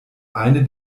eine